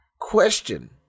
question